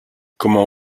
comment